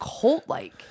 cult-like